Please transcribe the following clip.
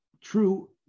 true